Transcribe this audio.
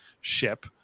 ship